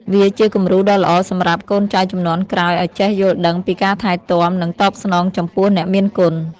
វាជាគំរូដ៏ល្អសម្រាប់កូនចៅជំនាន់ក្រោយឱ្យចេះយល់ដឹងពីការថែទាំ និងតបស្នងចំពោះអ្នកមានគុណ។